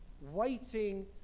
Waiting